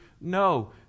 No